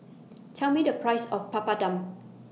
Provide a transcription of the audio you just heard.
Tell Me The Price of Papadum